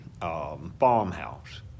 farmhouse